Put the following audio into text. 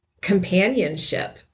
companionship